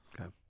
Okay